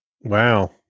Wow